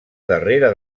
darrere